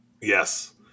Yes